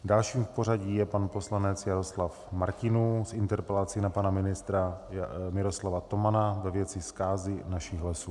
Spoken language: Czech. Dalším v pořadí je pan poslanec Jaroslav Martinů s interpelací na pana ministra Miroslava Tomana ve věci zkázy našich lesů.